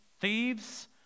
thieves